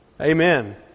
Amen